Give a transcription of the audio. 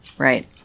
right